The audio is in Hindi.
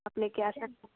आप ले कर आ सकते हैं